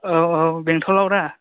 औ औ औ बेंथलआव दा